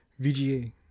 VGA